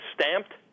stamped